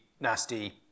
nasty